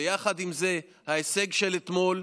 ויחד עם זה ההישג של אתמול,